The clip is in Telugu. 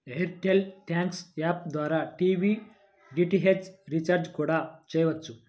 ఎయిర్ టెల్ థ్యాంక్స్ యాప్ ద్వారా టీవీ డీటీహెచ్ రీచార్జి కూడా చెయ్యొచ్చు